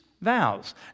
vows